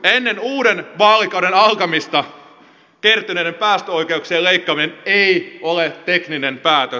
ennen uuden vaalikauden alkamista kertyneiden päästöoikeuksien leikkaaminen ei ole tekninen päätös